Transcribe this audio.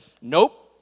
nope